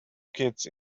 kids